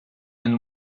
and